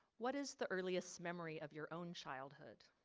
what is the earliest memory of your own childhood?